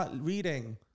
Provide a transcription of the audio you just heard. reading